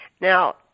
Now